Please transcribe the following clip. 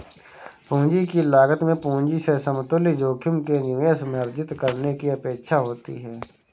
पूंजी की लागत में पूंजी से समतुल्य जोखिम के निवेश में अर्जित करने की अपेक्षा होती है